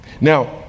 Now